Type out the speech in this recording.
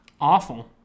Awful